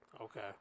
Okay